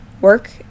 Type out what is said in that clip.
work